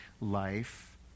life